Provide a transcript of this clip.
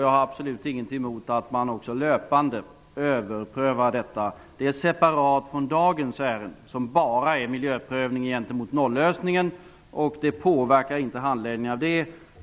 Jag har absolut inget emot att man också löpande överprövar detta. Det är skilt från dagens ärende, som bara gäller en miljöprövning gentemot nollösningen. Det påverkar inte den handläggningen.